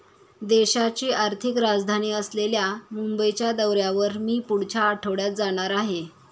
देशाची आर्थिक राजधानी असलेल्या मुंबईच्या दौऱ्यावर मी पुढच्या आठवड्यात जाणार आहे